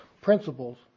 principles